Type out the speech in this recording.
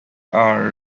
are